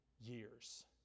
years